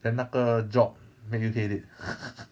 then 那个 job make you hate it